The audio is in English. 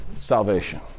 salvation